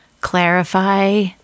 Clarify